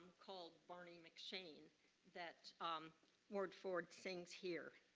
called barney mcshame that um warde ford sings here.